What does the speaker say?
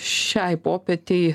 šiai popietei